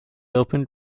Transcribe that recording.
opened